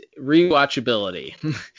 rewatchability